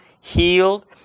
healed